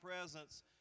presence